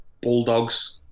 bulldogs